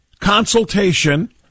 consultation